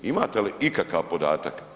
Imate li ikakav podatak?